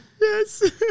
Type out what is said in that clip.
Yes